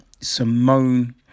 Simone